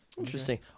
Interesting